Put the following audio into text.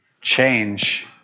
Change